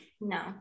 no